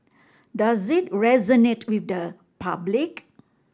does it resonate with the public